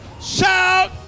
Shout